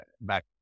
back